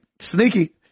Sneaky